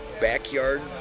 backyard